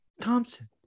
thompson